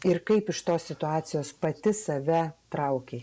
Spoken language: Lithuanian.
ir kaip iš tos situacijos pati save traukei